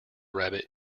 rabbit